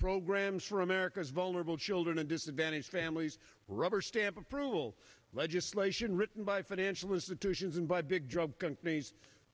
programs for america's vulnerable children and disadvantaged families rubber stamp approval legislation written by financial institutions and by big drug companies